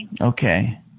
Okay